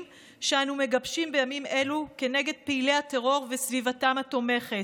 שאנו מגבשים בימים אלו כנגד פעילי הטרור וסביבתם התומכת,